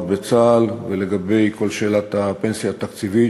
בצה"ל ולגבי כל שאלת הפנסיה התקציבית,